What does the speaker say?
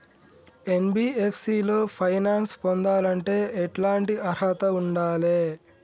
NBFC లో finance పొందాలంటే ఎట్లాంటి అర్హత ఉండాలే?